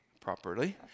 properly